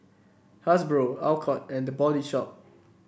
Hasbro Alcott and The Body Shop